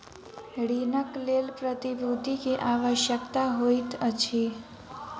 ऋणक लेल प्रतिभूति के आवश्यकता होइत अछि